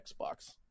Xbox